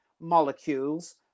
molecules